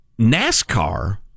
NASCAR